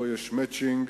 פה יש "מצ'ינג"